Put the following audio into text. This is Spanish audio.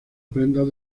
prendas